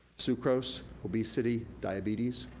sucrose, obesity, diabetes.